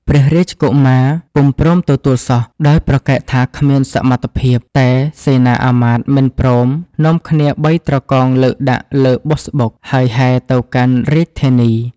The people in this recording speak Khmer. ព្រះរាជកុមារពុំព្រមទទួលសោះ ដោយប្រកែកថាគ្មានសមត្ថភាព តែសេនាមាត្យមិនព្រមនាំគ្នាបីត្រកងលើកដាក់លើបុស្សបុក ហើយហែទៅកាន់រាជធានី។